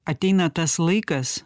ateina tas laikas